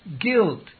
guilt